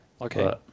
okay